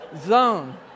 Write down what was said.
zone